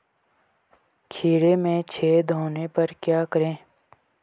खीरे में छेद होने पर क्या करें?